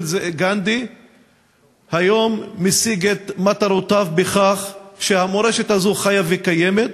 גנדי משיג היום את מטרותיו בכך שהמורשת הזאת חיה וקיימת,